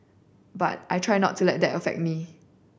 but I try not to let that affect me